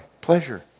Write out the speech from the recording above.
pleasure